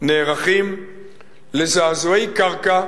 נערכים לזעזועי קרקע